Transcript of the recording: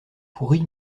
pourri